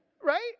Right